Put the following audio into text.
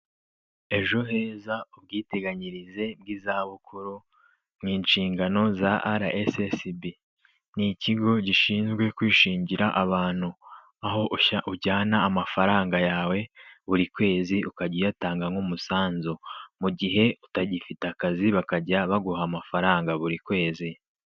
Ejo heza ubwiteganyirize bw'izabukuru mu nshingano za rssb. ni ikigo gishinzwe kwishingira abantu aho ujyana amafaranga yawe buri kwezi ukajya uyatanga nk'umusanzu, mu gihe utagifite akazi bakajya baguha amafaranga buri kwezi.